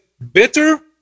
better